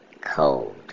cold